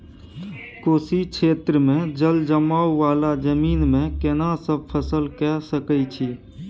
कोशी क्षेत्र मे जलजमाव वाला जमीन मे केना सब फसल के सकय छी?